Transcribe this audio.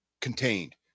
Contained